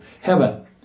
heaven